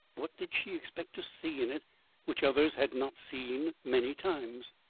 what did she expect to see in it which others had not seen many times?